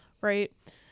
right